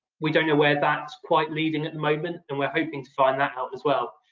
we don't know where that's quite leading at the moment, and we're hoping to find that out as well.